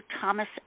Thomas